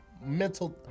mental